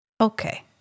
okay